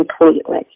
completely